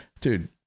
Dude